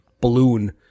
balloon